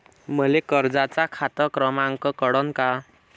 मले कर्जाचा खात क्रमांक कळन का?